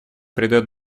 придает